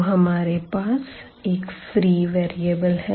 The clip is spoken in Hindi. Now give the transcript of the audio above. तो हमारे पास एक फ्री वेरिएबल है